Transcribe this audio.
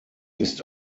ist